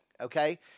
okay